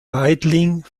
meidling